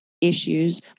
issues